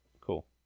Cool